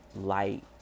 light